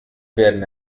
werden